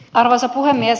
arvoisa puhemies